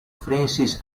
francis